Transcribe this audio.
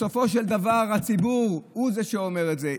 בסופו של דבר הציבור הוא שאומר את זה.